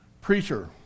preacher